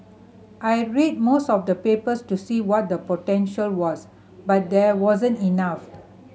I read most of the papers to see what the potential was but there wasn't enough